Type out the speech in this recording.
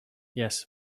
yes